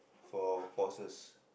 for pauses